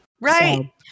Right